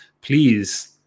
please